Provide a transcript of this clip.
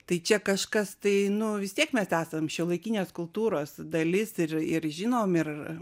tai čia kažkas tai nu vis tiek mes esam šiuolaikinės kultūros dalis ir ir žinom ir